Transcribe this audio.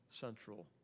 central